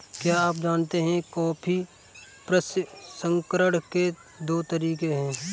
क्या आप जानते है कॉफी प्रसंस्करण के दो तरीके है?